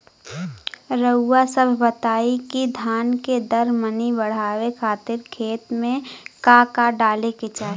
रउआ सभ बताई कि धान के दर मनी बड़ावे खातिर खेत में का का डाले के चाही?